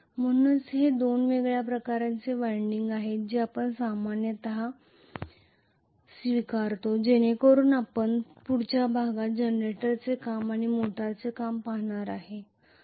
म्हणूनच हे दोन वेगळ्या प्रकारचे वायंडिंग आहेत जे आपण सामान्यपणे स्वीकारतो जेणेकरून आपण पुढच्या वर्गात जनरेटरचे काम आणि मोटरचे काम पाहणार आहोत